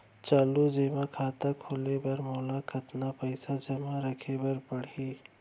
चालू जेमा खाता खोले बर मोला कतना पइसा जेमा रखे रहे बर पड़ही?